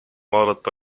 vaadata